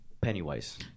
Pennywise